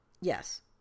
Yes